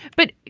but.